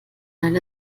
meiner